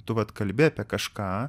tu vat kalbi apie kažką